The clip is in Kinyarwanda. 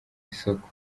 isoko